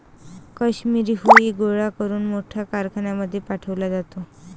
काश्मिरी हुई गोळा करून मोठ्या कारखान्यांमध्ये पाठवले जाते